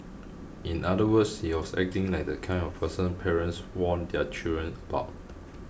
in other words he was acting like the kind of person parents warn their children about